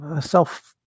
self